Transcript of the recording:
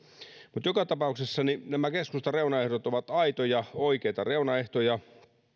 mutta joka tapauksessa nämä keskustan reunaehdot ovat aitoja oikeita reunaehtoja